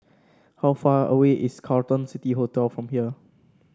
how far away is Carlton City Hotel from here